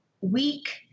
week